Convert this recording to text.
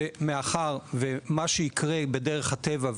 שמאחר ומה שיקרה בדרך הטבע,